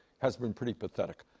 has been pretty pathetic.